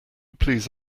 please